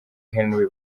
henry